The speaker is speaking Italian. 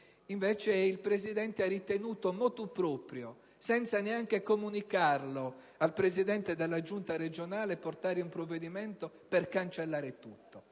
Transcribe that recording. questo, il presidente ha ritenuto, *motu proprio*, senza neanche comunicarlo al presidente della Giunta regionale, di presentare un provvedimento per cancellare tutto.